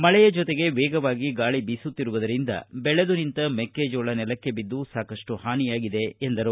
ಮಳೆಯ ಜೊತೆಗೆ ವೇಗವಾಗಿ ಗಾಳಿ ಬಿಸುತ್ತಿರುವುದರಿಂದ ಬೆಳೆದು ನಿಂತ ಮೆಕ್ಕೆಜೋಳ ನೆಲಕ್ಕೆ ಬಿದ್ದು ಸಾಕಷ್ಟು ಹಾನಿಯಾಗಿದೆ ಎಂದರು